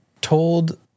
told